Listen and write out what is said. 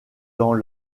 dans